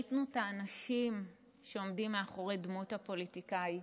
ראינו את האנשים שעומדים מאחורי דמות "הפוליטיקאי",